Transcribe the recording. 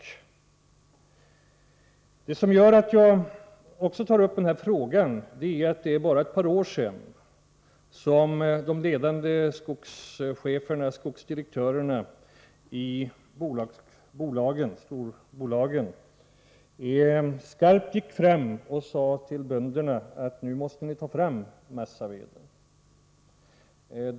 En annan sak som gör att jag tar upp den här frågan är att det är bara ett par år sedan som de ledande skogsdirektörerna i storbolagen gick skarpt fram och sade till bönderna: Nu måste ni ta fram massaveden!